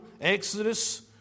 Exodus